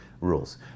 Rules